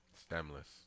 Stemless